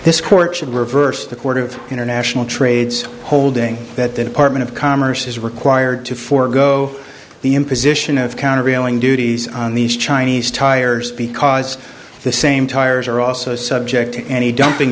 this court should reverse the court of international trades holding that that apartment of commerce is required to forgo the imposition of countervailing duties on these chinese tires because the same tires are also subject to any dumping